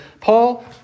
Paul